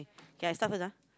k I start first ah